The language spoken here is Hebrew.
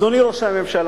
אדוני ראש הממשלה,